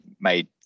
made